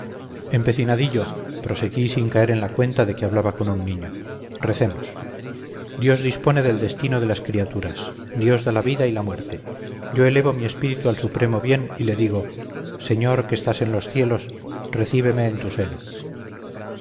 en su misterioso vuelo empecinadillo proseguí sin caer en la cuenta de que hablaba con un niño recemos dios dispone del destino de las criaturas dios da la vida y la muerte yo elevo mi espíritu al supremo bien y le digo señor que estás en los cielos recíbeme en tu seno